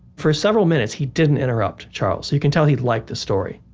for several minutes, he didn't interrupt charles. you can tell he liked the story.